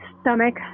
stomach